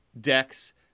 decks